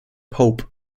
pope